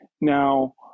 Now